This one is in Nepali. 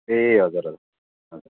ए हजुर हजुर हजुर